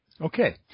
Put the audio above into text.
Okay